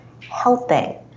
helping